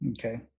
okay